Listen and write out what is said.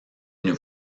nous